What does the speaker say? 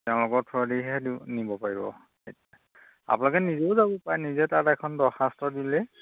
তেওঁলোকৰ থ্ৰদিহে নিব পাৰিব আপোনালোকে নিজেও যাব পাৰে নিজে তাত এখন দৰখাস্ত দিলে